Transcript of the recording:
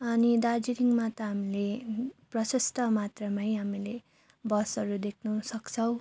अनि दार्जिलिङमा त हामीले प्रशस्त मात्रमै हामीले बसहरू देख्न सक्छौँ